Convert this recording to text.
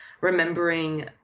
remembering